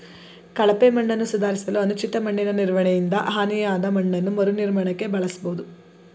ಕಳಪೆ ಮಣ್ಣನ್ನು ಸುಧಾರಿಸಲು ಅನುಚಿತ ಮಣ್ಣಿನನಿರ್ವಹಣೆಯಿಂದ ಹಾನಿಯಾದಮಣ್ಣನ್ನು ಮರುನಿರ್ಮಾಣಕ್ಕೆ ಬಳಸ್ಬೋದು